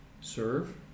serve